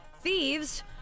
thieves